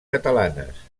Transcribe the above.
catalanes